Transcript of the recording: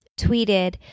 tweeted